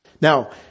Now